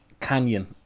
Canyon